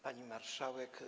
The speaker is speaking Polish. Pani Marszałek!